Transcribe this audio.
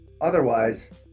otherwise